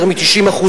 יותר מ-90%,